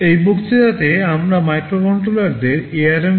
এই বক্তৃতায় আমরা ARM মাইক্রোকন্ট্রোলারদের উপর আমাদের আলোচনা শুরু করব